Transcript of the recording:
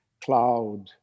cloud